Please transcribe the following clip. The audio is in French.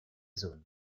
zone